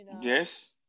Yes